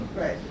Right